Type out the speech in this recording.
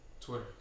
Twitter